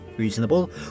Reasonable